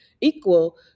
equal